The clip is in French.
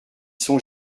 son